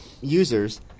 users